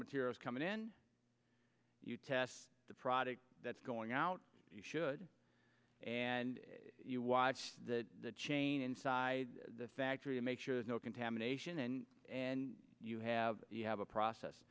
materials coming in you test the product that's going out you should and you watch the chain inside the factory to make sure there's no contamination and and you have you have a process